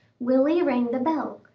willie rang the bell,